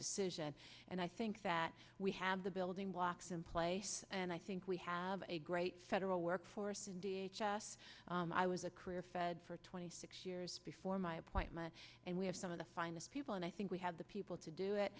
decision and i think that we have the building blocks in place and i think we have a great federal workforce and i was a career fed for twenty six years before my appointment and we have some of the finest people and i think we have the people to do